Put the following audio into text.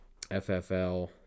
FFL